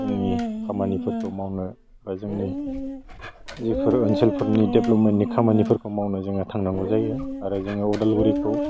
जोंनि खामानिफोरखौ मावनो ओह जोंनि जिफोर ओनसोलफोरनि देब्लमेन्टनि खामानिफोरखौ मावनो जोङो थांनांगौ जायो आरो जोंनाव उदालगुरिखौ